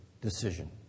decision